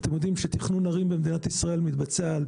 אתם יודעים שתכנון ערים במדינת ישראל מתבצע על